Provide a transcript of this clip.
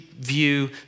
view